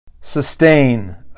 Sustain